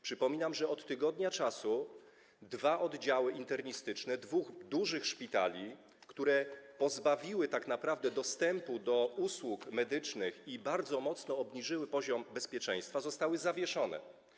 Przypominam, że od tygodnia dwa oddziały internistyczne dwóch dużych szpitali, które pozbawiły tak naprawdę dostępu do usług medycznych i bardzo mocno obniżyły poziom bezpieczeństwa, zostały zawieszone.